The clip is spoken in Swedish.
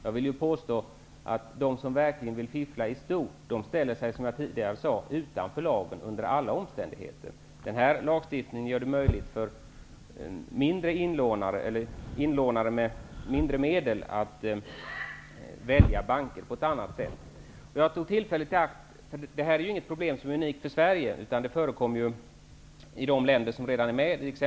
Jag vill påstå att de som i stort verkligen vill fiffla ställer sig, som jag tidigare sade, under alla omständigheter utanför lagen. Den här lagstiftningen gör det möjligt för inlånare med mindre medel att på ett annat sätt välja banker. Det här problemet är ju inte unikt för Sverige, utan finns exempelvis i länder som redan är med i EG.